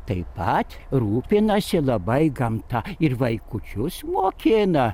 taip pat rūpinasi labai gamta ir vaikučius mokina